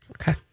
Okay